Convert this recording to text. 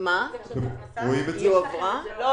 דרך בינוני כתום,